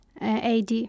AD